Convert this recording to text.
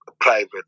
private